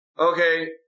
Okay